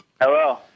Hello